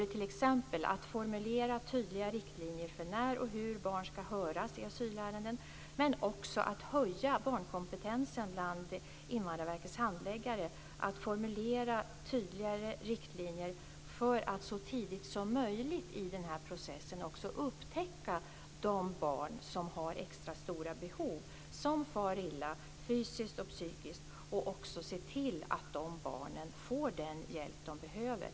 T.ex. ingår att formulera tydliga riktlinjer för när och hur barn ska höras i asylärenden men också att höja barnkompetensen bland Invandrarverkets handläggare och att formulera tydligare riktlinjer för att så tidigt som möjligt i den här processen upptäcka de barn som har extra stora behov, som far illa fysiskt och psykiskt, och också se till att dessa barn får den hjälp de behöver.